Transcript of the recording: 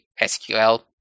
sql